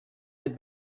had